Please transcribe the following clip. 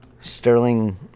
Sterling